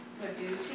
producing